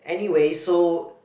anyways so